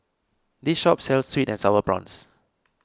this shop sells Sweet and Sour Prawns